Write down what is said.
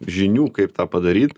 žinių kaip tą padaryt